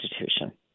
institution